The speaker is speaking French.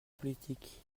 politique